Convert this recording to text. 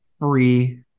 free